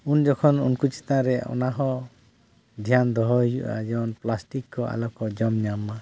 ᱩᱱᱡᱚᱠᱷᱚᱱ ᱩᱱᱠᱩ ᱪᱮᱛᱟᱱ ᱨᱮ ᱚᱱᱟ ᱦᱚᱸ ᱫᱷᱮᱭᱟᱱ ᱫᱚᱦᱚ ᱦᱩᱭᱩᱜᱼᱟ ᱡᱮᱢᱚᱱ ᱯᱞᱟᱥᱴᱤᱠ ᱠᱚ ᱟᱞᱚ ᱠᱚ ᱡᱚᱢ ᱧᱟᱢ ᱢᱟ